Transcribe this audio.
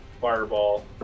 fireball